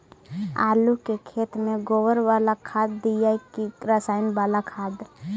आलू के खेत में गोबर बाला खाद दियै की रसायन बाला खाद?